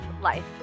life